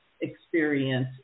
experience